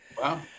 Wow